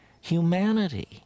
humanity